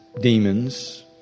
demons